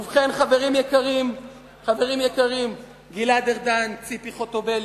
ובכן, חברים יקרים, גלעד ארדן, ציפי חוטובלי,